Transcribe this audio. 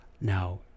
Now